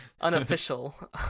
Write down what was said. unofficial